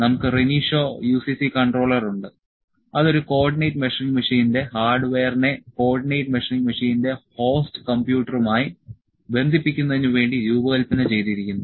നമുക്ക് Renishaw UCC controller ഉണ്ട് അത് ഒരു കോർഡിനേറ്റ് മെഷറിങ് മെഷീനിന്റെ ഹാർഡ്വെയറിനെ കോർഡിനേറ്റ് മെഷറിങ് മെഷീനിന്റെ ഹോസ്റ്റ് കമ്പ്യൂട്ടറുമായി ബന്ധിപ്പിക്കുന്നതിന് വേണ്ടി രൂപകൽപ്പന ചെയ്തിരിക്കുന്നു